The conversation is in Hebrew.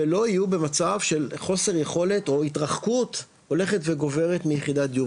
ולא יהיו במצב של חוסר יכולת או התרחקות הולכת וגוברת מיחידת דיור,